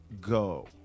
go